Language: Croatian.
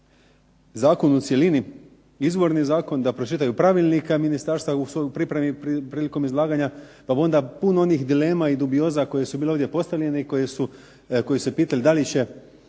zakon u cjelini, izvorni zakon, da pročitaju pravilnik ministarstva u pripremi prilikom izlaganja pa bi onda puno onih dilema i dubioza koje su bile ovdje postavljene i koje su se pitale da li će